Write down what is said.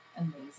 amazing